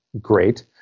great